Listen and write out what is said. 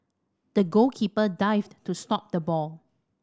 the goalkeeper dived to stop the ball